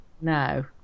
No